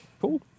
Cool